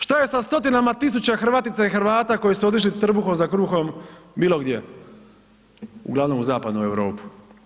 Šta je sa 100-tinama tisuća Hrvatica i Hrvata koji su otišli trubom za kruhom bilo gdje, uglavnom u zapadnu Europu.